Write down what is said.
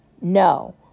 no